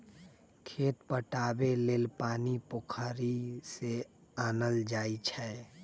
खेत पटाबे लेल पानी पोखरि से आनल जाई छै